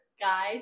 guide